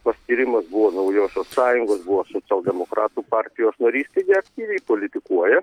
paskyrimas buvo naujosios sąjungos buvo socialdemokratų partijos narys taigi aktyviai politikuoja